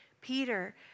Peter